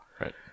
right